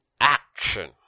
action